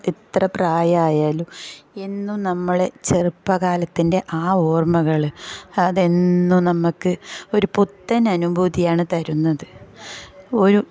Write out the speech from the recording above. എത്ര പ്രായമായാലും എന്നും നമ്മൾ ചെറുപ്പകാലത്തിൻ്റെ ആ ഓർമ്മകൾ അതെന്നും നമുക്ക് ഒരു പുത്തൻ അനുഭൂതിയാണ് തരുന്നത് ഒരു